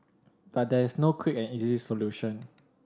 but there is no quick and easy solution